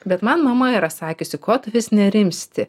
bet man mama yra sakiusi ko tu vis nerimsti